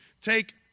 take